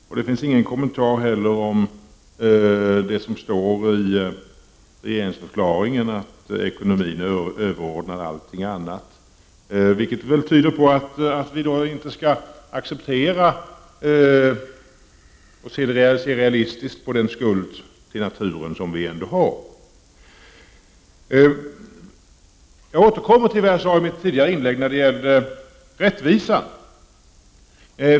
Han hade inga kommentarer heller till det som står i regeringsförklaringen om att ekologin är överordnad allt annat, vilket tyder på att vi skall se realistiskt på den skuld till naturen som vi ändå har. Jag återkommer till det jag sade i mitt tidigare inlägg om rättvisan.